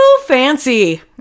fancy